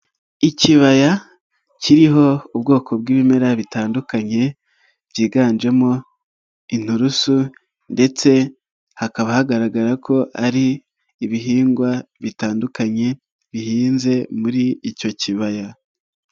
Ikibaya kiriho ubwoko bw'ibimera bitandukanye byiganjemo inturusu ndetse hakaba hagaragara ko ari ibihingwa bitandukanye bihinze muri icyo kibaya.